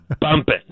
bumping